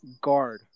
guard